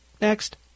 Next